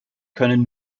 können